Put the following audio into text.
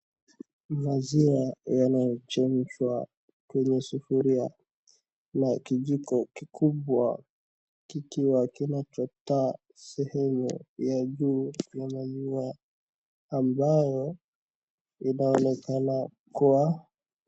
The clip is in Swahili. Maziwa yanayochemshwa kwenye sufuria, na kijiko kikubwa kikiwa kinachota sehemu ya juu ya maziwa, ambayo inaonekana kuwa.